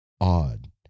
odd